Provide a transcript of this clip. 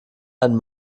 einen